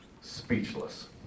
speechless